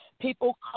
people